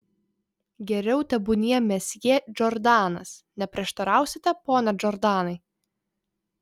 geriau tebūnie mesjė džordanas neprieštarausite pone džordanai